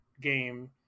game